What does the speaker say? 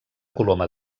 coloma